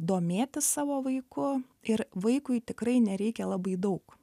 domėtis savo vaiku ir vaikui tikrai nereikia labai daug